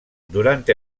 durante